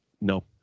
No